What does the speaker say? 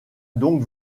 donc